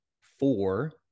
four